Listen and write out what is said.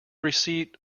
receipt